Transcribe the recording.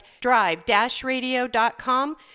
drive-radio.com